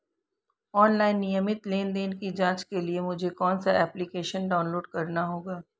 Online नियमित लेनदेन की जांच के लिए मुझे कौनसा एप्लिकेशन डाउनलोड करना होगा?